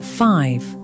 five